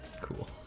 cool